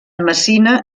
messina